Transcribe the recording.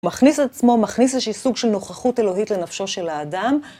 מכניס את עצמו, מכניס איזשהי סוג של נוכחות אלוהית לנפשו של האדם.